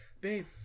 Babe